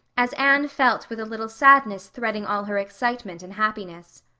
as anne felt with a little sadness threading all her excitement and happiness.